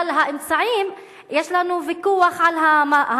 אבל האמצעים, יש לנו ויכוח על המטרות,